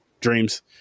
Dreams